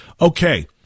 okay